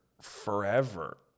forever